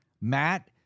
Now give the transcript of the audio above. Matt